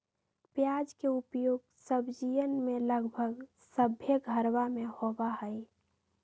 प्याज के उपयोग सब्जीयन में लगभग सभ्भे घरवा में होबा हई